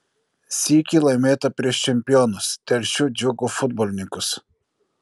sykį laimėta prieš čempionus telšių džiugo futbolininkus